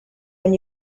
when